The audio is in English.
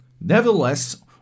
Nevertheless